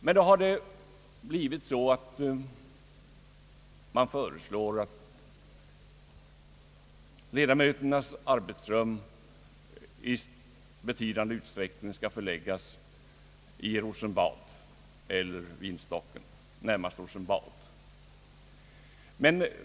Man föreslår att ledamöternas arbetsrum i betydande utsträckning skall förläggas till Rosenbad eller kvarteret Vinstocken, närmast till Rosenbad.